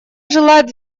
желает